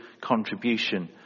contribution